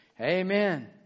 Amen